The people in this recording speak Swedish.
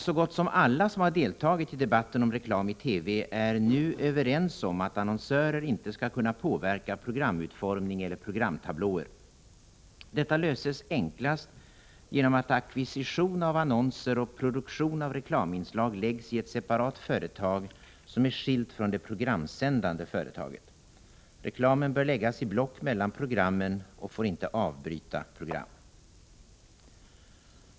Så gott som alla som har deltagit i debatten om reklam i TV är nu överens om att annonsörer inte skall kunna påverka programutformning eller programtablåer. Detta löses enklast genom att ackvisition av annonser och produktion av reklaminslag läggs i ett separat företag, som är skilt från det programsändande företaget. Reklamen bör läggas i block mellan programmen och får inte avbryta program.